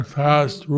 fast